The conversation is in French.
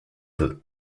veut